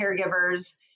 caregivers